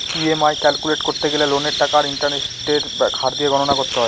EMI calculate করতে গেলে লোনের টাকা আর ইন্টারেস্টের হার দিয়ে গণনা করতে হয়